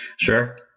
Sure